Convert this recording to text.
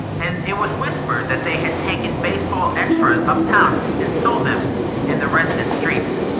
and it was whispered that they had taken baseball extras uptown and sold them in the resident streets.